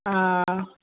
ആ